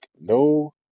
no